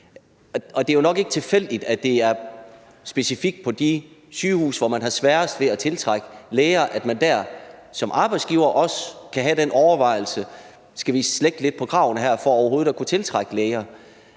Det er nok ikke tilfældigt, at det specifikt er på de sygehuse, hvor man har sværest ved at tiltrække læger, at man som arbejdsgiver kan have den overvejelse, om man skal slække lidt på kravene for overhovedet at kunne tiltrække læger.